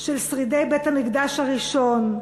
של שרידי בית-המקדש הראשון,